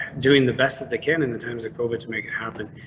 doing the best of the canon, the times of covid to make it happen,